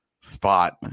spot